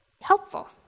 Helpful